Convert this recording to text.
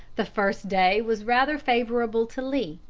the first day was rather favorable to lee,